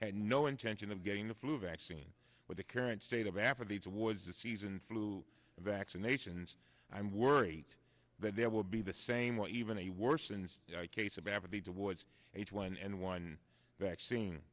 had no intention of getting the flu vaccine with the current state of apathy towards the season flu vaccinations i'm worried that there will be the same or even a worse and case of apathy towards h one n one vaccine